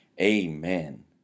Amen